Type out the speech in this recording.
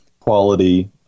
quality